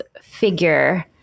figure